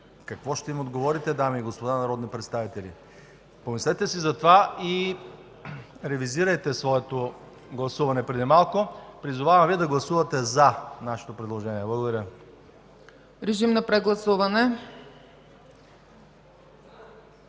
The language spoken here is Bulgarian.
какво ще им отговорите, дами и господа народни представители? Помислете си за това и ревизирайте своето гласуване преди малко. Призовавам Ви да гласувате „за” нашето предложение. Благодаря. ПРЕДСЕДАТЕЛ